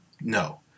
No